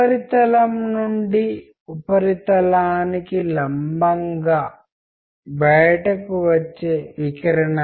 ఈ ప్రత్యేక సందర్భంలో మనం దానిని అర్థం చేసుకోవాలనుకుంటున్న విధానం